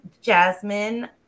Jasmine